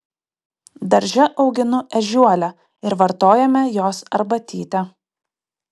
darže auginu ežiuolę ir vartojame jos arbatytę